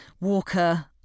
Walker